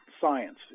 science